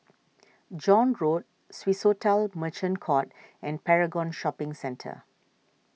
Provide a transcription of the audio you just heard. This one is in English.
John Road Swissotel Merchant Court and Paragon Shopping Centre